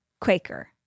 Quaker